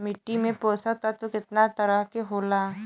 मिट्टी में पोषक तत्व कितना तरह के होला?